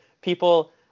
People